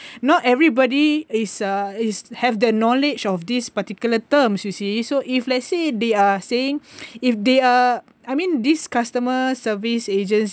not everybody is uh is have the knowledge of these particular terms you see so if let's say they are saying if they are I mean these customer service agents